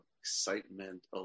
excitement